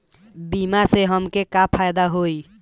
बीमा से हमके का फायदा होई?